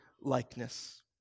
likeness